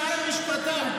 הוא לא השר לשירותי דת.